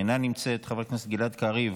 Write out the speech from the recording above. אינה נמצאת, חבר הכנסת גלעד קריב,